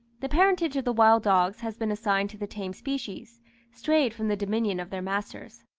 the parentage of the wild dogs has been assigned to the tame species strayed from the dominion of their masters.